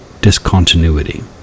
discontinuity